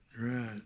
Right